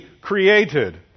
created